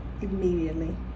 Immediately